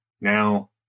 now